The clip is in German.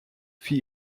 für